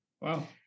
Wow